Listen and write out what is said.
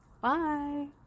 Bye